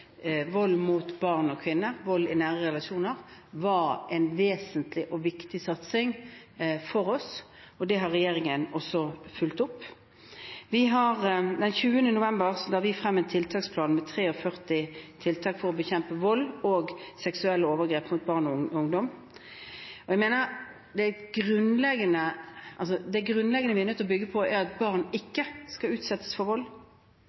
vold mot barn og kvinner, vold i nære relasjoner, var en vesentlig og viktig satsing for oss. Det har regjeringen også fulgt opp. Den 20. november fremmet vi en tiltaksplan med 43 tiltak for å bekjempe vold og seksuelle overgrep mot barn og ungdom. Jeg mener det grunnleggende vi må bygge på, er at barn ikke skal utsettes for vold,